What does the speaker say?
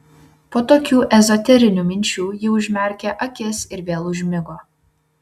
po tokių ezoterinių minčių ji užmerkė akis ir vėl užmigo